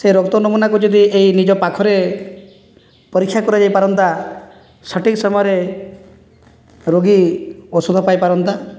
ସେ ରକ୍ତ ନମୁନାକୁ ଯଦି ଏଇ ନିଜ ପାଖରେ ପରୀକ୍ଷା କରାଯାଇପାରନ୍ତା ସଠିକ ସମୟରେ ରୋଗୀ ଔଷଧ ପାଇପାରନ୍ତା